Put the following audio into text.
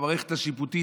במערכת השיפוטית,